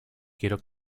quiero